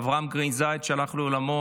אברהם גרינזייד, והלך לעולמו